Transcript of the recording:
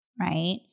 right